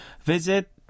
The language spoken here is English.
visit